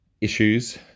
issues